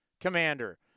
Commander